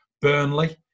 Burnley